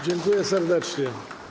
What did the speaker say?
Dziękuję serdecznie.